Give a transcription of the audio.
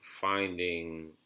finding